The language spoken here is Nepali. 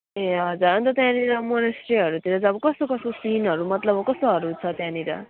ए हजुर अन्त त्यहाँनिर मोनास्ट्रीहरूतिर चाहिँ अब कस्तो कस्तो सिनहरू मतलब कस्तोहरू छ त्यहाँनिर